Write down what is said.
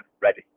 ready